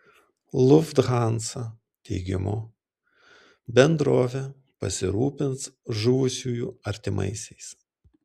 lufthansa teigimu bendrovė pasirūpins žuvusiųjų artimaisiais